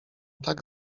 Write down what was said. tak